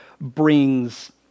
brings